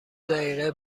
دقیقه